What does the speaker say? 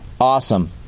Awesome